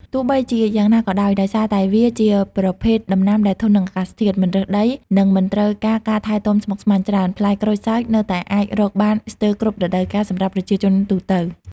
ទោះបីជាយ៉ាងណាក៏ដោយ ដោយសារតែវាជាប្រភេទដំណាំដែលធន់នឹងអាកាសធាតុ មិនរើសដី និងមិនត្រូវការការថែទាំស្មុគស្មាញច្រើន ផ្លែក្រូចសើចនៅតែអាចរកបានស្ទើរគ្រប់រដូវកាលសម្រាប់ប្រជាជនទូទៅ។